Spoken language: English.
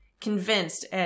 convinced